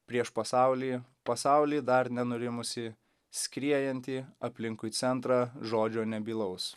prieš pasaulį pasaulį dar nenurimusį skriejantį aplinkui centrą žodžio nebylaus